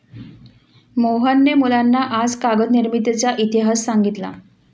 मोहनने मुलांना आज कागद निर्मितीचा इतिहास सांगितला